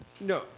No